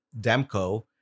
Demco